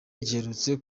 giherutse